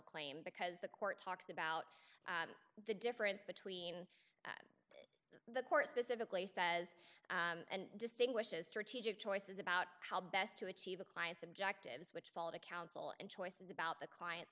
claim because the court talks about the difference between the court specifically says and distinguishes strategic choices about how best to achieve a client's objectives which follow to counsel and choices about the client